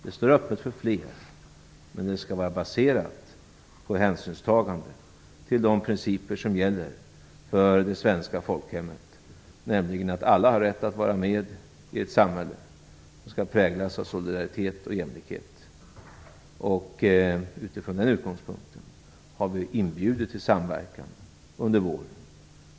Detta står öppet för fler, men det skall vara baserat på hänsynstagande till de principer som gäller för det svenska folkhemmet: Alla skall ha rätt att vara med i ett samhälle som präglas av solidaritet och jämlikhet. Från den utgångspunkten har vi inbjudit till samverkan under våren.